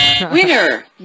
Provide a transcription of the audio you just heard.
Winner